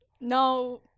No